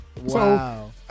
Wow